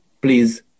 please